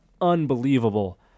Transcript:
unbelievable